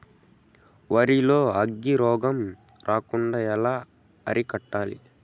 వరి లో అగ్గి రోగం రాకుండా ఎలా అరికట్టాలి?